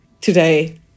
today